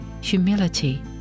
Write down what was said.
humility